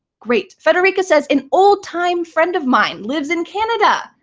great. federica says, an old-time friend of mine lives in canada.